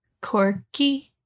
Corky